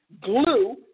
glue